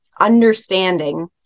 understanding